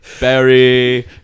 Barry